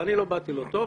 ואני לא באתי לו טוב.